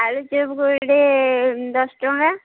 ଆଳୁଚପ୍କୁ ଗୋଟେ ଦଶ ଟଙ୍କା